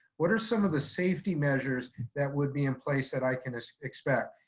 what are some of the safety measures that would be in place that i can expect?